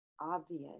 obvious